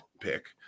pick